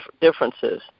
differences